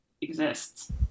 exists